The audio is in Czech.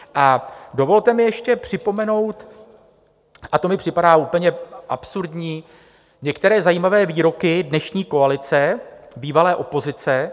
A dovolte mi ještě připomenout, a to mi připadá úplně absurdní, některé zajímavé výroky dnešní koalice, bývalé opozice.